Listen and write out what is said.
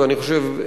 ואני חושב,